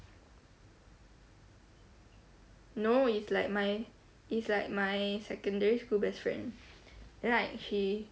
no it's like my it's like my secondary school best friend like she